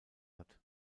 hat